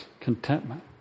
contentment